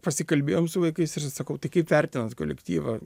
pasikalbėjom su vaikais ir sakau tai kaip vertinat kolektyvą